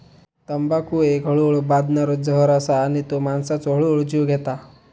तंबाखू एक हळूहळू बादणारो जहर असा आणि तो माणसाचो हळूहळू जीव घेता